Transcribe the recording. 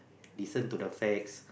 listen to the facts